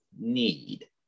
need